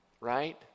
right